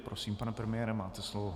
Prosím, pane premiére, máte slovo.